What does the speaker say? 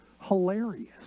hilarious